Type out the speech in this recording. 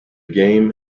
game